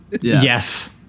Yes